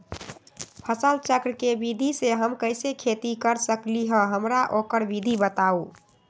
फसल चक्र के विधि से हम कैसे खेती कर सकलि ह हमरा ओकर विधि बताउ?